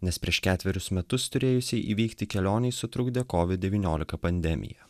nes prieš ketverius metus turėjusiai įvykti kelionei sutrukdė covid devyniolika pandemija